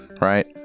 Right